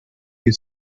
you